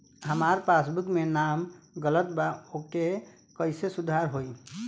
हमार पासबुक मे नाम गलत बा ओके कैसे सुधार होई?